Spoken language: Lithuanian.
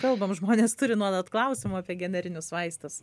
kalbam žmonės turi nuolat klausimų apie generinius vaistus